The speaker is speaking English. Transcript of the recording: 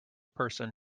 person